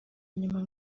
nyuma